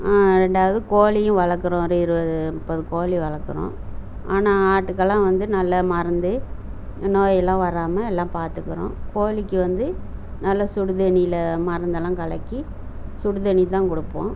ரெண்டாவது கோழியும் வளர்க்குறோம் ஒரு இருபது முப்பது கோழி வளர்க்குறோம் ஆனால் ஆட்டுக்கெல்லாம் வந்து நல்ல மருந்து நோய் எல்லாம் வராமல் எல்லாம் பார்த்துக்குறோம் கோழிக்கு வந்து நல்ல சுடுதண்ணியில் மருந்தெல்லாம் கலக்கி சுடுதண்ணி தான் கொடுப்போம்